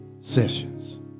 sessions